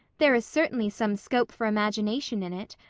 there is certainly some scope for imagination in it.